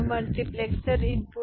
multiplexer input